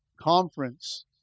conference